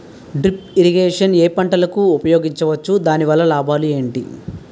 Drip irrigation ఏ పంటలకు ఉపయోగించవచ్చు? దాని వల్ల లాభాలు ఏంటి?